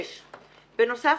6. בנוסף,